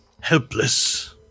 Helpless